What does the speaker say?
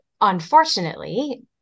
unfortunately